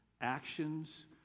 actions